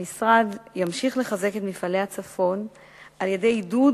המשרד ימשיך לחזק את מפעלי הצפון על-ידי עידוד